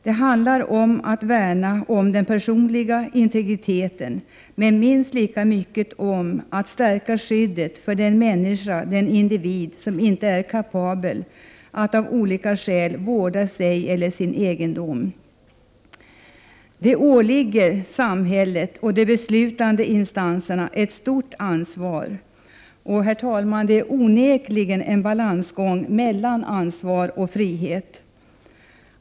Det handlar om att värna om den personliga integriteten men minst lika mycket om att stärka skyddet för den människa-individ som av olika skäl inte är kapabel att vårda sig eller sin egendom. Samhället och de beslutande instanserna har ett stort ansvar, och, herr talman, det handlar onekligen om en balansgång mellan ansvar och frihet.